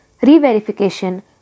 re-verification